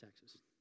taxes